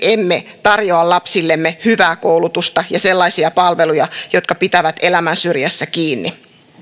emme tarjoa lapsillemme hyvää koulutusta ja sellaisia palveluja jotka pitävät elämän syrjässä kiinni